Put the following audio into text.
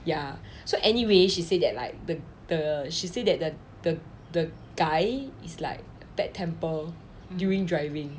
ya so anyway she said that like the the she said that the the the guy is like bad temper during driving